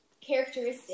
characteristic